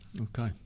Okay